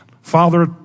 Father